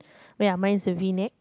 where are my souvenir